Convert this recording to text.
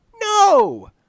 no